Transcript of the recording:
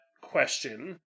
question